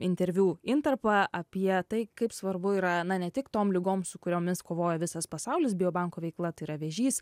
interviu intarpą apie tai kaip svarbu yra na ne tik tom ligom su kuriomis kovoja visas pasaulis bio banko veikla tai yra vėžys